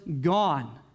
gone